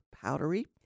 powdery